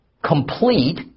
Complete